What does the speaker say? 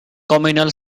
communal